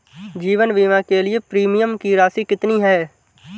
जीवन बीमा के लिए प्रीमियम की राशि कितनी है?